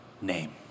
name